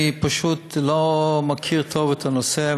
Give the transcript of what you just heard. אני פשוט לא מכיר טוב את הנושא.